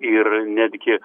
ir netgi